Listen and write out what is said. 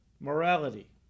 Morality